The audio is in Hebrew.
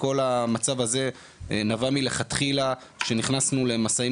כל המצב הזה נבע מלכתחילה כשנכנסנו למשאים